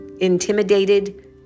intimidated